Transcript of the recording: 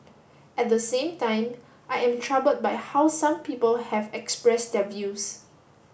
at the same time I am troubled by how some people have expressed their views